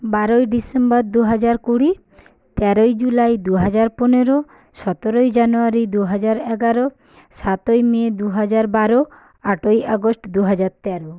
বারোই ডিসেম্বর দুহাজার কুড়ি তেরোই জুলাই দুহাজার পনেরো সতেরোই জানুয়ারি দুহাজার এগারো সাতই মে দুহাজার বারো আটই আগস্ট দুহাজার তেরো